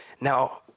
Now